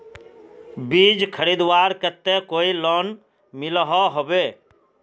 बीज खरीदवार केते कोई लोन मिलोहो होबे?